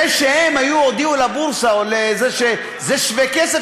זה שהם הודיעו לבורסה שזה שווה-כסף,